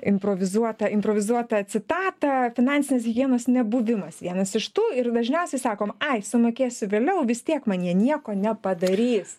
improvizuotą improvizuotą citatą finansinės higienos nebuvimas vienas iš tų ir dažniausiai sakom ai sumokėsiu vėliau vis tiek man jie nieko nepadarys